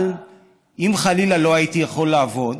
אבל אם חלילה לא הייתי יכול לעבוד,